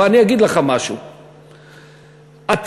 אבל